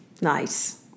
Nice